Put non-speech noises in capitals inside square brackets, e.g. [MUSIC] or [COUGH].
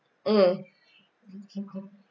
mm [LAUGHS]